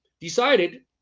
decided